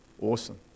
Awesome